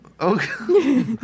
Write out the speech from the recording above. Okay